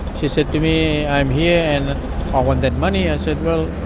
she said to me, i'm here and i want that money. i said, well,